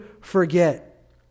forget